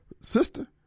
sister